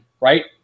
right